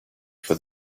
for